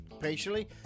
patiently